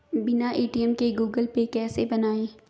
बिना ए.टी.एम के Google pay कैसे बनायें?